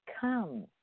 come